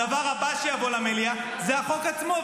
הדבר הבא שיבוא למליאה זה החוק עצמו,